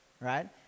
right